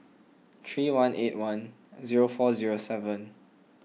three one eight one zero four zero seven